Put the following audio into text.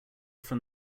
from